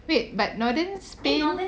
wait but northern spain